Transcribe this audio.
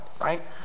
right